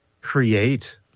create